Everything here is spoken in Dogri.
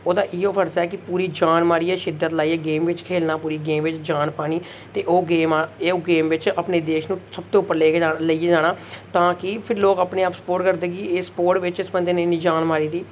ओह्दा इयो फर्ज ऐ कि पूरा जान मारियै पूरी शिद्दत लाइयै गेम बिच्च खेलना पूरी गेम बिच जान पानी ते ओह् गेम बेि अपने देश नू सब तूं उप्पर लेइयै जाना तां कि फिर लोग अपने आप स्पोर्ट करदे कि एह् स्पोर्ट बिच इस बंदे ने इन्नी जान मारी दी